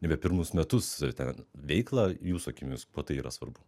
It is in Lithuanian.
nebe pirmus metus ten veiklą jūsų akimis kuo tai yra svarbu